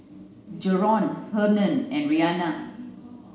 Jaron Hernan and Rhianna